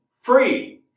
free